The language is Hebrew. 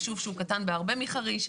יישוב שהוא קטן בהרבה מחריש,